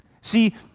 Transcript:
See